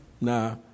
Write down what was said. Nah